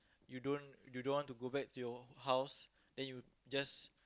you don't you don't want to go back to your house then you just